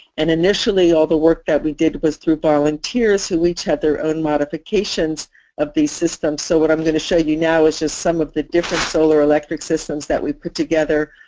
and initially all of the work that we did was through volunteers who each had their own modifications of these systems. so what i'm going to show you now is just some of the different solar electric systems that we put together.